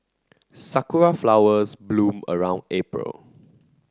sakura flowers bloom around April